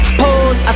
pose